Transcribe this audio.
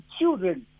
children